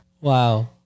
Wow